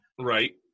Right